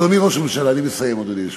אדוני ראש הממשלה, אני מסיים, אדוני היושב-ראש,